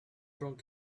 drunk